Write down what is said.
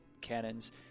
cannons